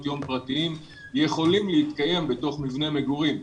יום פרטיים יכולים להתקיים בתוך מבנה מגורים.